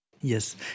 Yes